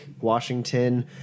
Washington